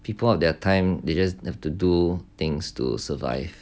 people of their time they just have to do things to survive yes